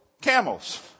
camels